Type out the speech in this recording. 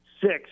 six